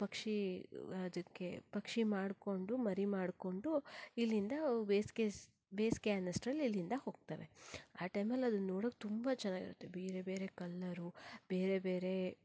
ಪಕ್ಷಿ ಅದಕ್ಕೆ ಪಕ್ಷಿ ಮಾಡಿಕೊಂಡು ಮರಿ ಮಾಡಿಕೊಂಡು ಇಲ್ಲಿಂದ ಬೇಸಿಗೆ ಸ್ ಬೇಸಿಗೆ ಅನ್ನೋಷ್ಟ್ರಲ್ಲಿ ಇಲ್ಲಿಂದ ಹೋಗ್ತವೆ ಆ ಟೈಮಲ್ಲಿ ಅದನ್ನ ನೋಡಕ್ಕೆ ತುಂಬ ಚೆನ್ನಾಗಿರತ್ತೆ ಬೇರೆ ಬೇರೆ ಕಲ್ಲರ್ ಬೇರೆ ಬೇರೆ